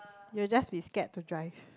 you'll just be scared to drive